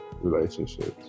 relationships